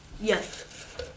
Yes